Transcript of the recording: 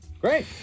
Great